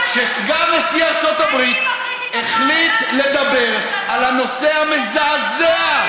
כשסגן נשיא ארצות הברית החליט לדבר על הנושא המזעזע,